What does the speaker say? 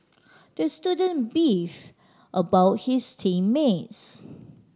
the student beefed about his team mates